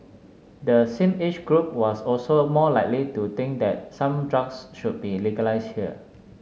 the same age group was also more likely to think that some drugs should be legalised here